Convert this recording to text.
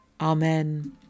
Amen